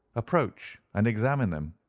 approach, and examine them!